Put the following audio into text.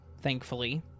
thankfully